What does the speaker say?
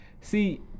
see